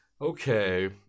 okay